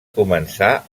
començar